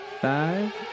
Five